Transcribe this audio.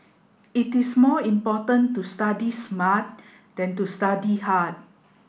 it is more important to study smart than to study hard